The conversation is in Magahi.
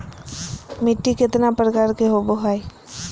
मिट्टी केतना प्रकार के होबो हाय?